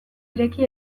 ireki